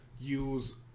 use